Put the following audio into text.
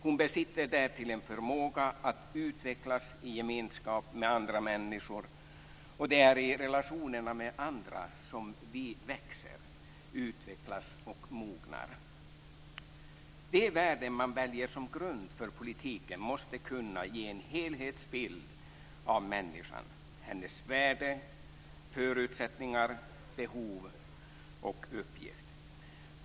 Hon besitter därtill en förmåga att utvecklas i gemenskap med andra människor, och det är i relationerna med andra som vi växer, utvecklas och mognar. De värden man väljer som grund för politiken måste kunna ge en helhetsbild av människan - hennes värde, förutsättningar, behov och uppgift.